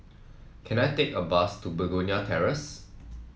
can I take a bus to Begonia Terrace